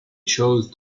chose